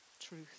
truth